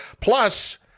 plus